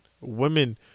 Women